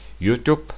YouTube